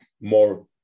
more